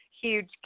huge